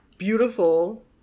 Beautiful